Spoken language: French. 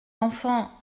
enfant